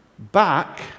back